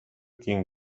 quien